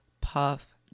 puff